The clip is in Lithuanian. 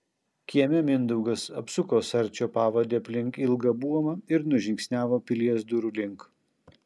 kieme mindaugas apsuko sarčio pavadį aplink ilgą buomą ir nužingsniavo pilies durų link